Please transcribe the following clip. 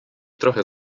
trochę